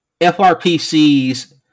FRPC's